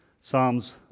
Psalms